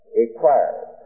required